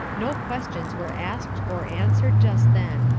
no questions were asked or answered just then.